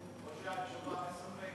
או שהתשובה מספקת.